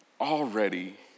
already